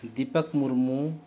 Dipak Murmu